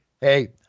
hey